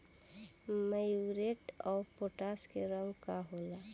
Muriate of potash के रंग का होला?